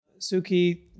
Suki